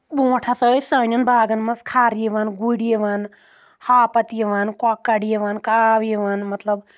برونٛٹھ ہسا ٲسۍ سانٮ۪ن باغن منٛز کھَر یِوان گُرۍ یِوان ہاپت یِوان کۄکر یِوان کاو یِوان مطلب